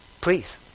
Please